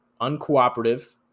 uncooperative